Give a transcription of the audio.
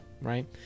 right